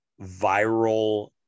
viral